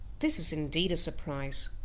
this is indeed a surprise.